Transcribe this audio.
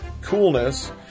coolness